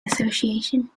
association